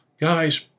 Guys